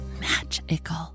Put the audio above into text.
magical